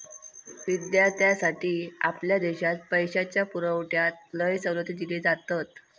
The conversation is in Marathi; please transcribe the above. विद्यार्थ्यांसाठी आपल्या देशात पैशाच्या पुरवठ्यात लय सवलती दिले जातत